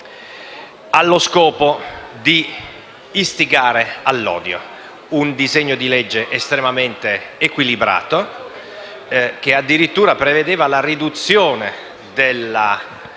allo scopo di istigare all'odio. Si tratta di un disegno di legge estremamente equilibrato, che addirittura prevedeva la riduzione della